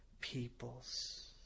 peoples